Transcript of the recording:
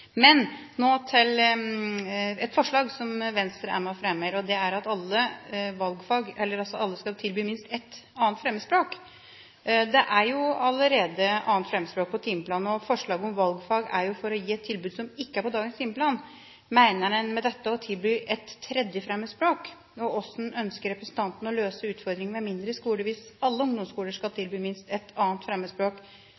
Men jeg har hørt dem si at de velger det på grunn av at de skal bli bonde, gartner, drive med unger osv. Nå til et forslag som Venstre er med og fremmer. Det er at alle ungdomsskoler skal tilby minst ett 2. fremmedspråk. Men det er allerede et 2. fremmedspråk på timeplanen, og forslaget om valgfag er jo for å gi et tilbud som ikke er på dagens timeplan. Mener en med dette å tilby et 3. fremmedspråk? Og hvordan ønsker representanten å løse utfordringen